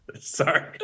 Sorry